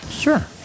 Sure